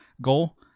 goal